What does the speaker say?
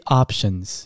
options